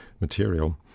material